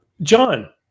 John